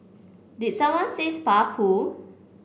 did someone say spa pool